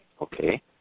Okay